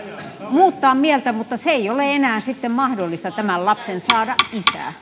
muuttaa mieltään mutta ei ole enää sitten mahdollista tämän lapsen saada isää